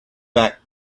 back